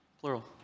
plural